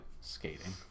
skating